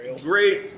great